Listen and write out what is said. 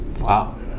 Wow